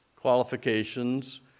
qualifications